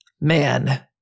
Man